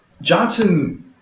Johnson –